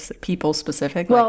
people-specific